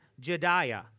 Jediah